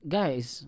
Guys